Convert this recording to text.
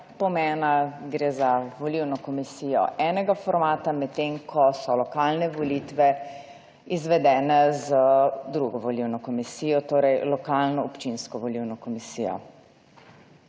pomena, gre za volilno komisijo enega formata, medtem ko so lokalne volitve izvedene z drugo volilno komisijo. Torej, lokalno občinsko volilno komisijo.